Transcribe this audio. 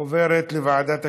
עוברת לוועדת הכנסת,